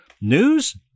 news